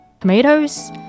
tomatoes